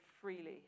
freely